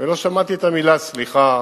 ולא שמעתי את המלה "סליחה"